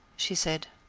she said.